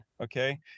okay